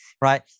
right